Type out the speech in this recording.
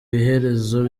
iherezo